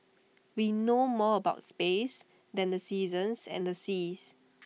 we know more about space than the seasons and the seas